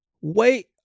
Wait